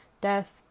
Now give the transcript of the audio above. death